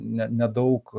ne nedaug